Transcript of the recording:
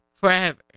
forever